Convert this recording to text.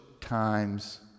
times